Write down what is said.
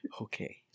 Okay